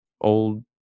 old